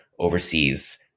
overseas